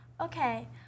Okay